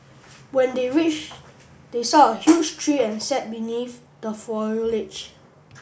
when they reached they saw a huge tree and sat beneath the